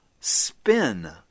spin